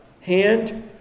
hand